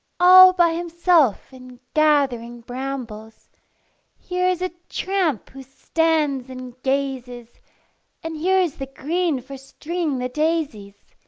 all by himself and gathering brambles here is a tramp who stands and gazes and here is the green for stringing the daisies!